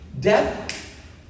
Death